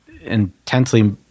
intensely